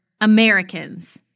Americans